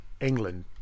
England